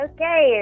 Okay